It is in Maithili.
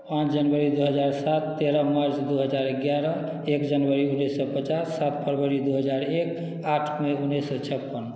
पाँच जनवरी दो हजार सात तेरह मार्च दो हजार एगारह एक जनवरी उन्नैस सए पचास सात फरवरी दो हजार एक आठ मई उन्नैस सए छप्पन